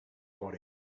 body